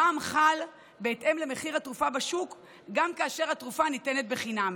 המע"מ חל בהתאם למחיר התרופה בשוק גם כאשר התרופה ניתנת בחינם.